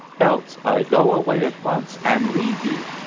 else i go away at once, and leave you.